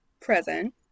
present